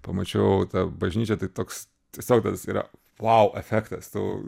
pamačiau tą bažnyčią tai toks tiesiog tas yra vau efektas tu